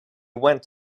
went